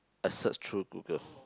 I search through Google